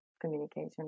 communication